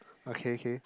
okay K